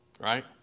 Right